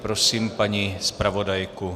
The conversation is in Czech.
Prosím paní zpravodajku.